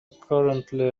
currently